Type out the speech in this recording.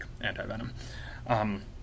anti-venom